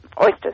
oysters